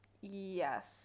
Yes